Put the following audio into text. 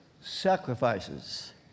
sacrifices